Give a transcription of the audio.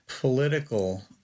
political